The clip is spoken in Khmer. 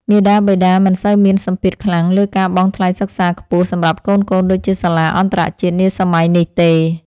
មាតាបិតាមិនសូវមានសម្ពាធខ្លាំងលើការបង់ថ្លៃសិក្សាខ្ពស់សម្រាប់កូនៗដូចជាសាលាអន្តរជាតិនាសម័យនេះទេ។